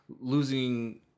losing